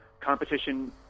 Competition